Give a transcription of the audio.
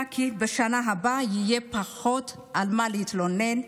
כי בשנה הבאה יהיה פחות על מה להתלונן,